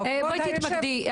בואי תתמקדי.